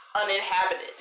Uninhabited